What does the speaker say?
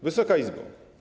Wysoka Izbo!